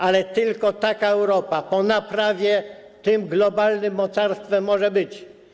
Ale tylko taka Europa, po naprawie, tym globalnym mocarstwem może być.